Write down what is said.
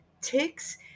Ticks